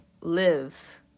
live